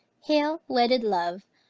hail, wedded love,